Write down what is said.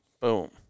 Boom